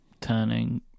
turning